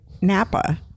Napa